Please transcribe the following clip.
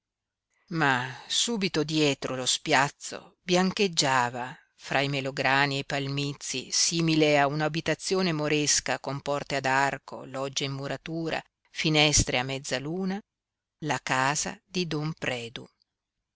ma subito dietro lo spiazzo biancheggiava fra i melograni e i palmizi simile a un'abitazione moresca con porte ad arco logge in muratura finestre a mezza luna la casa di don predu